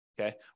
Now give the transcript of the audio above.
okay